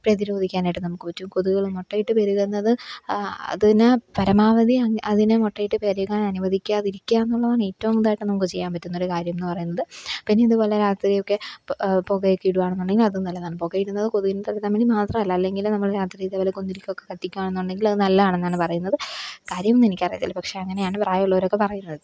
പ്രതിരോധിക്കാനായിട്ട് നമുക്ക് പറ്റും കൊതുകുകൾ മുട്ടയിട്ട് പെരുകുന്നത് അതിനെ പരമാവധി അതിന് മുട്ടയിട്ട് പെരുകാന് അനുവദിക്കാതിരിക്കുകാന്ന് ഉള്ളതാണ് ഏറ്റവും ഇതായിട്ട് നമുക്ക് ചെയ്യാൻ പറ്റുന്നൊരു കാര്യം എന്ന് പറയുന്നത് പിന്നെ ഇത് പോലെ രാത്രി ഒക്കെ പുകയൊക്കെ ഇടുവാണെന്നുണ്ടെങ്കിൽ അതും നല്ലതാണ് പുക ഇടുന്നത് കൊതുകിനെ തടുക്കാന് വേണ്ടി മാത്രമല്ല അല്ലെങ്കിലും നമ്മൾ രാത്രി ഇതേപോലെ കുന്തിരിക്കയൊക്കെ കത്തിക്കാണെന്നുണ്ടെങ്കിൽ അത് നല്ലത് ആണെന്നാണ് പറയുന്നത് കാര്യമൊന്നും എനിക്കറിയത്തില്ല പക്ഷേ അങ്ങനെയാണ് പ്രായമുള്ളവരൊക്കെ പറയുന്നത്